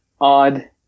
odd